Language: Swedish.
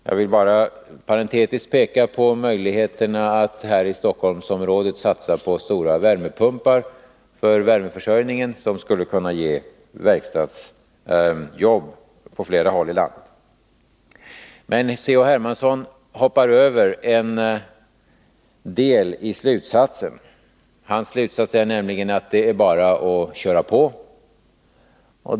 Jag vill bara parentetiskt peka på att en satsning på stora värmepumpar för värmeförsörjningen här i Stockholmsområdet skulle kunna ge verkstadsjobb på flera håll i landet. Men C.-H. Hermansson hoppar över en del i slutsatsen. Hans slutsats är nämligen att det bara är att ”köra på”.